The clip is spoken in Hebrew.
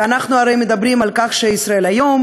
ואנחנו הרי מדברים על כך ש"ישראל היום"